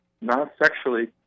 non-sexually